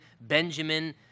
Benjamin